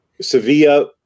Sevilla